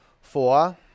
four